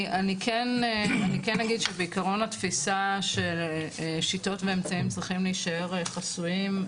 אני אגיד שבעיקרון התפיסה של שיטות ואמצעים צריכים להישאר חסויים,